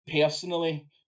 personally